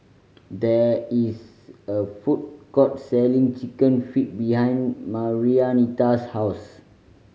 there is a food court selling Chicken Feet behind Marianita's house